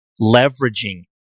leveraging